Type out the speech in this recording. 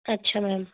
ਅੱਛਾ ਮੈਮ